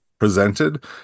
presented